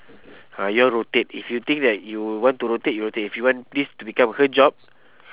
ah you all rotate if you think that you want to rotate you rotate if you want this to become her job